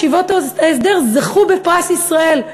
ישיבות ההסדר זכו בפרס ישראל.